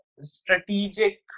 strategic